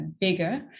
bigger